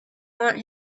want